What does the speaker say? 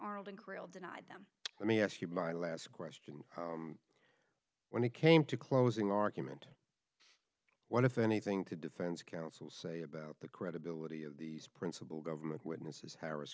arnold and grill denied them let me ask you my last question when it came to closing argument what if anything to defense counsel say about the credibility of these principal government witnesses harris